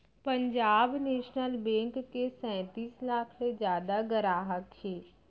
Punjab national bank के सैतीस लाख ले जादा गराहक हे